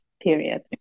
period